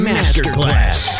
Masterclass